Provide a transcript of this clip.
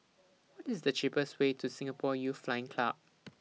What IS The cheapest Way to Singapore Youth Flying Club